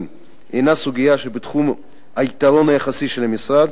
אינה סוגיה שבתחום היתרון היחסי של המשרד,